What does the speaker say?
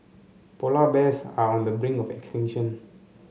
polar bears are on the brink of extinction